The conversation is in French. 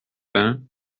vingts